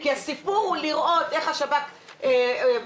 כי הסיפור הוא לראות איך השב"כ מאכן,